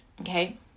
Okay